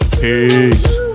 Peace